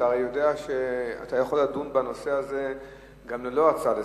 אתה יודע שאתה יכול לדון בנושא הזה גם ללא הצעה לסדר-היום.